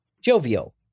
jovial